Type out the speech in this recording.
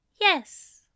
Yes